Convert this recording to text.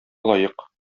лаек